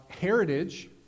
heritage